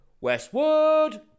Westwood